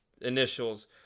initials